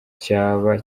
cyaba